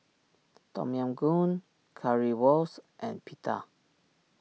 Tom Yam Goong Currywurst and Pita